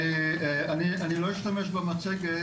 אני לא אשתמש במצגת,